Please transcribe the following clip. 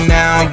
now